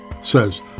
says